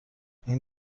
این